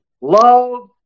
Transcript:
Love